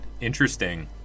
interesting